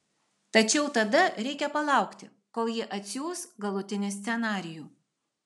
tačiau tada reikia palaukti kol ji atsiųs galutinį scenarijų